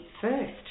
first